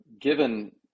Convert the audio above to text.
given